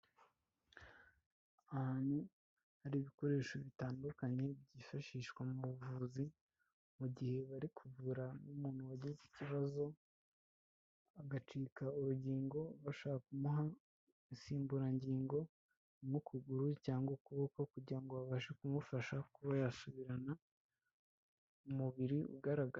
Ahantu hari ibikoresho bitandukanye byifashishwa mu buvuzi mu gihe bari kuvura n'umuntu wagize ikibazo, agacika urugingo bashaka kumuha insimburangingo mu kuguru cyangwa ukuboko kugira ngo babashe kumufasha kuba yasubirana umubiri ugaragara.